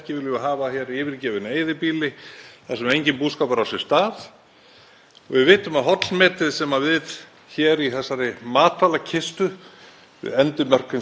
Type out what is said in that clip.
við endimörk hins byggilega heims, eins og landið hefur stundum verið kallað — við eigum auðvitað gríðarleg verðmæti í sjó, í lofti og á landi.